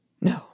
No